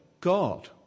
God